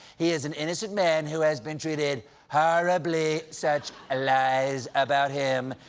he is an innocent man who has been treated horribly. such ah lies about him.